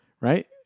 right